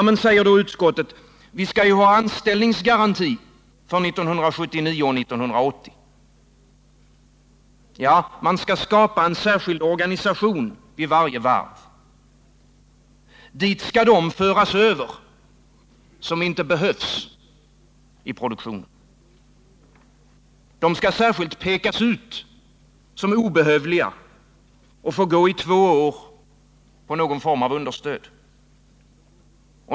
Men, säger utskottet, vi skall ju ha anställningsgaranti för 1979 och 1980. Ja, man skall skapa en särskild organisation vid varje varv. Dit skall de föras över som inte behövs i produktionen. De skall särskilt pekas ut som obehövliga och få gå i två år på någon form av understöd.